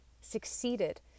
succeeded